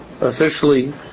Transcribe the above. officially